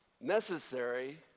Necessary